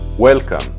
Welcome